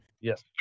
Yes